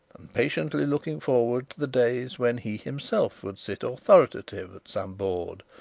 and patiently looking forward to the days when he himself would sit authoritative at some board,